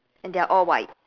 and they're all white